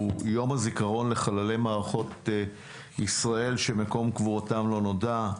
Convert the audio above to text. הוא יום הזיכרון לחללי מערכות ישראל שמקום קבורתם לא נודע.